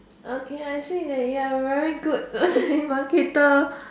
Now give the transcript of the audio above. okay I say that you are very good telemarketer